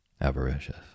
avaricious